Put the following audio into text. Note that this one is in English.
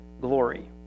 glory